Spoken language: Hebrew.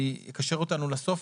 אני אקשר אותנו לסוף,